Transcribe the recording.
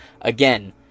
Again